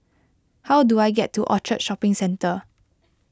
how do I get to Orchard Shopping Centre